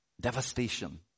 devastation